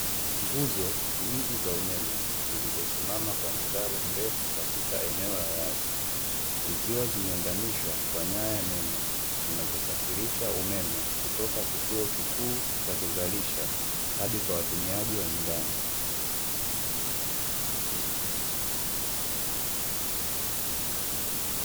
Nguzo nyingi za umeme zilizosimama kwa mstari mrefu katika eneo la wazi, zikiwa zimeunganishwa kwa nyaya nene zinazosafirisha umeme, kutoka kituo kikuu cha kuzalisha hadi kwa watumiaji wa nyumbani.